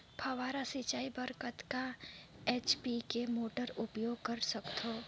फव्वारा सिंचाई बर कतका एच.पी के मोटर उपयोग कर सकथव?